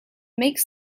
makes